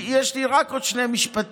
יש לי רק עוד שני משפטים.